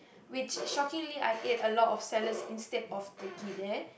which shockingly I ate a lot of salads instead of Turkey there